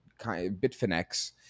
Bitfinex